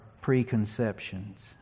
preconceptions